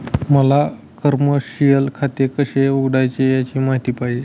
मला कमर्शिअल खाते कसे उघडायचे याची माहिती पाहिजे